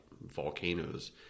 volcanoes